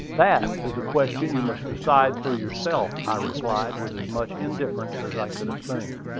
that is a question you must decide for yourself, i replied, with as much indifference as i could assume.